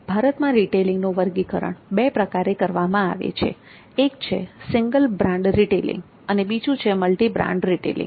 ભારતમાં રિટેલિંગનું વર્ગીકરણ બે પ્રકારે કરવામાં આવે છે એક છે સિંગલ બ્રાન્ડ રિટેલિંગ અને બીજું છે મલ્ટિ બ્રાન્ડ રિટેલિંગ